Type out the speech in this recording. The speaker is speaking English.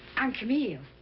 i'm camille.